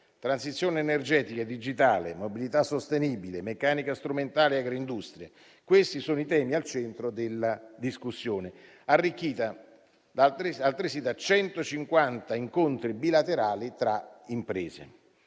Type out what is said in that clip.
Transizione energetica e digitale, mobilità sostenibile, meccanica strumentale e agroindustria sono i temi al centro della discussione, arricchita altresì da 150 incontri bilaterali tra imprese.